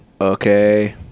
okay